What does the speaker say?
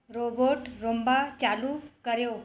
robot Roomba चालू करियो